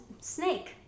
Snake